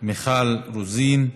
מיכל רוזין,